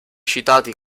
citati